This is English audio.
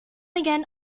again